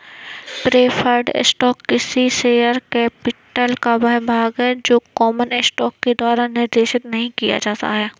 preferred stock किसी share capital का वह भाग है जो कॉमन स्टॉक के द्वारा निर्देशित नहीं किया जाता है